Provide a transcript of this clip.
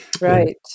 Right